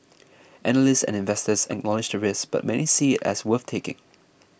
analysts and investors acknowledge the risk but many see it as worth taking